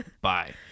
bye